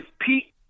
Pete